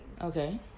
Okay